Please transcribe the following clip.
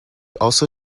also